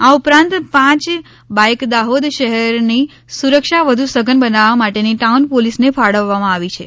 આ ઉપરાંત પાંચ બાઇક દાહોદ શહેરની સુરક્ષા વધુ સઘન બનાવવા માટે ટાઉન પોલીસને ફાળવવામાં આવી છે